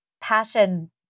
passion